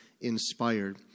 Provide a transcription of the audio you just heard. inspired